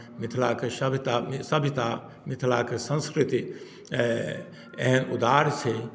मिथिलाके शभ्यता सभ्यता मिथिलाके संस्कृति एहन उदार छै